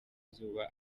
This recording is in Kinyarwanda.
izuba